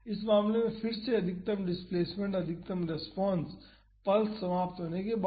इस मामले में फिर से अधिकतम डिस्प्लेस्मेंट अधिकतम रेस्पॉन्स पल्स समाप्त होने के बाद होता है